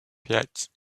пять